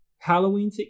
Halloween